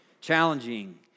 challenging